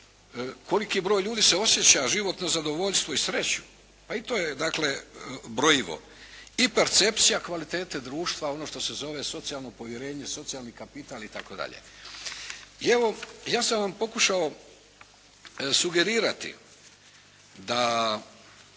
koliki broj ljudi osjeća životno zadovoljstvo i sreću. Pa i to je dakle brojivo. I percepcija kvalitete društva, ono što se zove socijalno povjerenje, socijalni kapital itd. I evo, ja sam vam pokušao sugerirati da